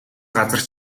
газар